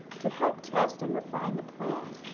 to help test and refine the plan,